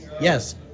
Yes